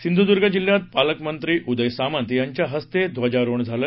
सिंधुदुर्ग जिल्ह्यात पालकमंत्री उदय सामंत यांच्या हस्ते ध्वजारोहण झालं